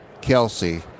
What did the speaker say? Kelsey